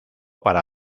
para